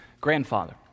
grandfather